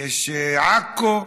יש עכו.